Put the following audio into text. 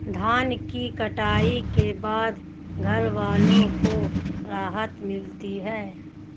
धान की कटाई के बाद घरवालों को राहत मिलती है